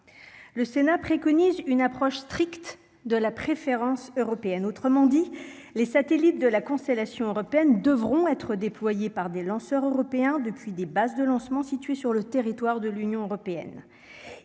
le Sénat préconise une approche stricte de la préférence européenne, autrement dit les satellites de la constellation européenne devront être déployés par des lanceurs européens depuis des bases de lancement situé sur le territoire de l'Union européenne,